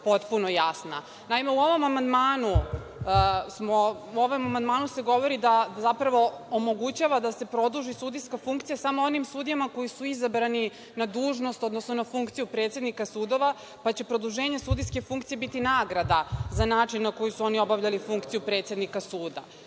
potpuno jasna. Naime, u ovom amandmanu se govori da se zapravo omogućava da se produži sudijska funkcija samo onim sudijama koji su izabrani na dužnost, odnosno na funkciju predsednika sudova, pa će produženje sudijske funkcije biti nagrada za način na koji su oni obavljali funkciju predsednika suda.